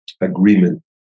Agreement